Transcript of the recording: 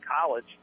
college